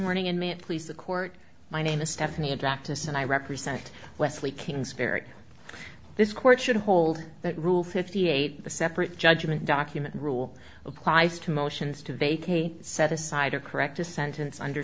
morning and mant please the court my name is stephanie attacked us and i represent leslie kingsbury this court should hold that rule fifty eight the separate judgment document rule applies to motions to vacate set aside or correct a sentence under